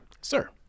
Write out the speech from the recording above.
Sir